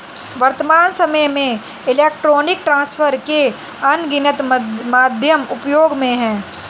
वर्त्तमान सामय में इलेक्ट्रॉनिक ट्रांसफर के अनगिनत माध्यम उपयोग में हैं